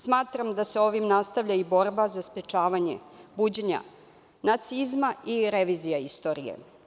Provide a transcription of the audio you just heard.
Smatram da se ovim nastavlja i borba za sprečavanje buđenja nacizma i revizija istorije.